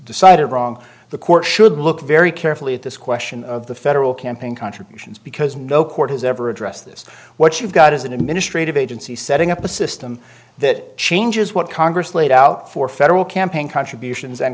decided wrong the court should look very carefully at this question of the federal campaign contributions because no court has ever addressed this what you've got is an administrative agency setting up a system that changes what congress laid out for federal campaign contributions and